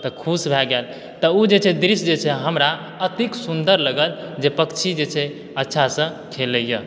तऽ खुश भए गेल तऽ ऊ जे छै दृश्य जे छै हमरा अतेक सुन्दर लगल जे पक्षी जे छै अच्छासऽ खेलैए